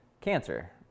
Cancer